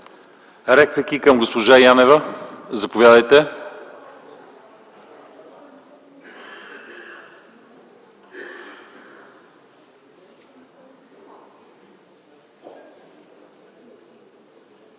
реплики към госпожа Янева? Заповядайте,